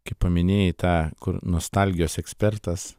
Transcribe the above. kai paminėjai tą kur nostalgijos ekspertas